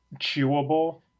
chewable